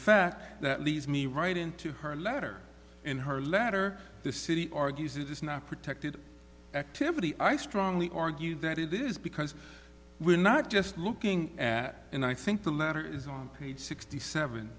fact that leads me right into her letter in her letter the city argues it is not protected activity i strongly argue that it is because we're not just looking at and i think the latter is on page sixty seven